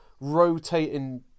Rotating